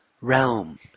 realm